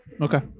Okay